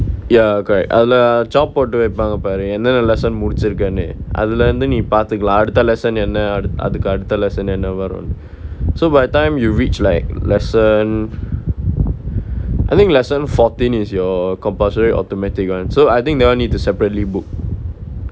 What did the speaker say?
ya correct அதுல:athula chop போட்டு வெப்பாங்க பாரு என்னென்ன:pottu vepaanga paaru ennaenna lesson முடிசிருக்கனு அதுல இருந்து நீ பாத்துக்கலாம் அடுத்த:mudichirukkanu athula irunthu nee paathukkalaam adutha lesson என்ன அதுக்கடுத்த:enna athukkadutha lesson என்ன வருனு:enna varunu so by time you reach like lesson I think lesson fourteen is your compulsory automatic one so I think that one need to separately book